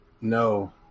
No